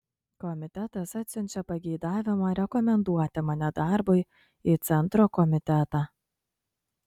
komitetas atsiunčia pageidavimą rekomenduoti mane darbui į centro komitetą